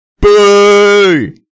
Boo